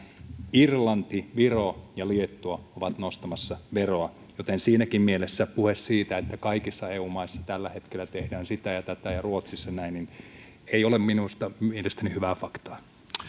irlanti viro ja liettua ovat nostamassa veroa joten siinäkin mielessä puhe siitä että kaikissa eu maissa tällä hetkellä tehdään sitä ja tätä ja ruotsissa näin ei ole mielestäni hyvää faktaa